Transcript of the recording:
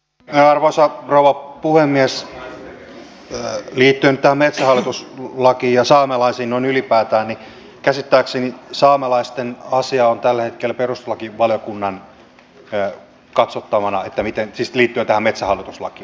liittyen nyt tähän metsähallitus lakiin ja saamelaisiin noin ylipäätään käsittääkseni saamelaisten asia on tällä hetkellä perustuslakivaliokunnan katsottavana siis liittyen tähän metsähallitus lakiin